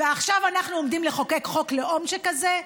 ועכשיו אנחנו עומדים לחוקק חוק לאום שכזה?